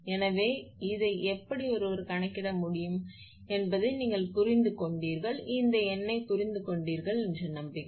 எனவே இதை எப்படி ஒருவர் கணக்கிட முடியும் இதை நீங்கள் புரிந்து கொண்டீர்கள் இந்த எண்ணைப் புரிந்து கொண்டீர்கள் என்று நம்புகிறேன்